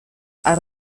har